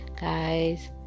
guys